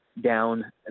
down